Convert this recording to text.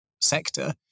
sector